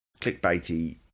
clickbaity